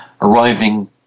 Arriving